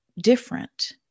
different